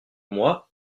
moi